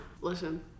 Listen